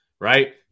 right